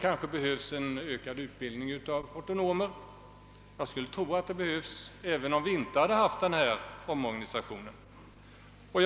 Vi behöver en ökad utbildning av hortonomer — det skulle nog ha varit fallet denna omorganisation förutan.